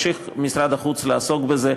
ומשרד החוץ ממשיך לעסוק בזה.